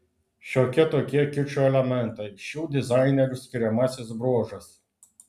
šiokie tokie kičo elementai šių dizainerių skiriamasis bruožas